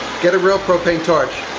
get a real propane torch.